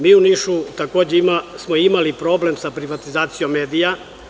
Mi u Nišu smo takođe imali problem sa privatizacijom medija.